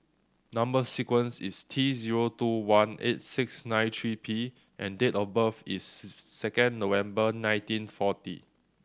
number sequence is T zero two one eight six nine three P and date of birth is second November nineteen forty